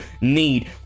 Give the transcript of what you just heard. need